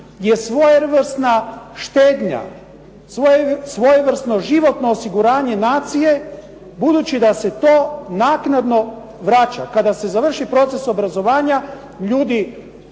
je svojevrsna štednja, svojevrsno životno osiguranje nacije, budući da se to naknadno vraća kada se završi proces obrazovanja ljudi